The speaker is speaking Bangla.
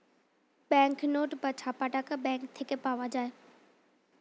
ব্যাঙ্ক নোট বা ছাপা টাকা ব্যাঙ্ক থেকে পাওয়া যায়